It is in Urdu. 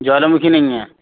جوالا مکھی نہیں ہیں